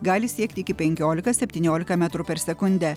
gali siekti iki penkiolika septyniolika metrų per sekundę